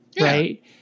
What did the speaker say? Right